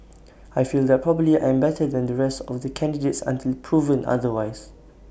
I feel that probably I am better than the rest of the candidates until proven otherwise